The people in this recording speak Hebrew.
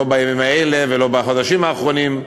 לא בימים האלה ולא בחודשים האחרונים,